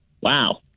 wow